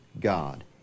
God